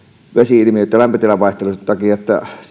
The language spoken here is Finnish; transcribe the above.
ilmiötä lämpötilan vaihtelun takia